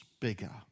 bigger